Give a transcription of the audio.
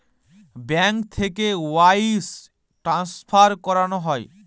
bank থেকে wire transfer করানো হয়